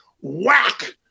whack